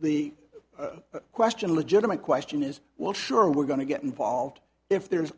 the question a legitimate question is well sure we're going to get involved if there